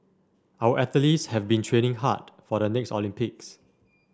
our athletes have been training hard for the next Olympics